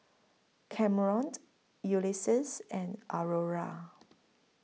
Camron Ulysses and Aurora